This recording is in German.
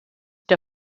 der